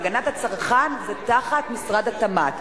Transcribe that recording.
והגנת הצרכן זה תחת משרד התמ"ת.